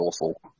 awful